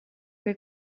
che